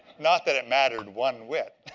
not that it mattered one whit.